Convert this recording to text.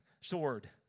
sword